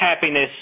happiness